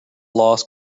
lost